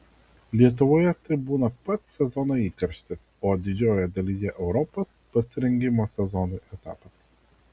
lietuvoje tai būna pats sezono įkarštis o didžiojoje dalyje europos pasirengimo sezonui etapas